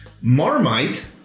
Marmite